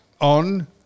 On